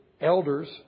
elders